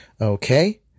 Okay